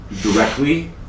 directly